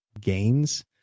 gains